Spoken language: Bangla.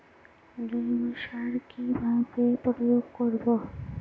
জৈব সার কি ভাবে প্রয়োগ করব?